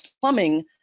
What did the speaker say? plumbing